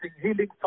healing